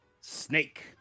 snake